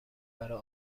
برا